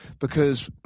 because